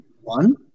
one